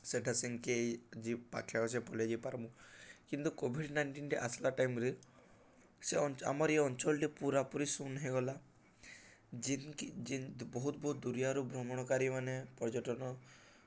ସେଠା ସେନ୍କି ଯ ପାଖେ ଅଛେ ପଲେଇ ଯାଇପାରମୁ କିନ୍ତୁ କୋଭିଡ଼୍ ନାଇଣ୍ଟିନ୍ଟେ ଆସ୍ଲା ଟାଇମ୍ରେ ସେ ଆମର୍ ଏଇ ଅଞ୍ଚଲ୍ଟେ ପୁରାପୁରି ଶୂନ୍ ହେଇଗଲା ଯେନ୍କି ବହୁତ ବହୁତ ଦୁରିଆରୁ ଭ୍ରମଣକାରୀମାନେେ ପର୍ଯ୍ୟଟନ